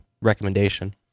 recommendation